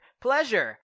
Pleasure